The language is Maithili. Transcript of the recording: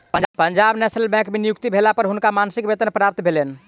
पंजाब नेशनल बैंक में नियुक्ति भेला पर हुनका मासिक वेतन प्राप्त भेलैन